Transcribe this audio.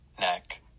neck